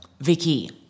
Vicky